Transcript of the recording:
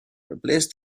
replace